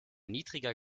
niedrigen